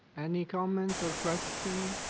any comment or question?